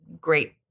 great